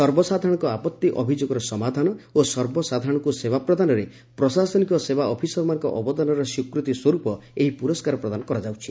ସର୍ବସାଧାରଣଙ୍କ ଆପଭି ଅଭିଯୋଗର ସମାଧାନ ଓ ସର୍ବସାଧାରଣଙ୍କୁ ସେବା ପ୍ରଦାନରେ ପ୍ରଶାସନିକ ସେବା ଅଫିସରମାନଙ୍କ ଅବଦାନର ସ୍ୱୀକୃତି ସ୍ୱରୂପ ଏହି ପୁରସ୍କାର ପ୍ରଦାନ କରାଯାଉଛି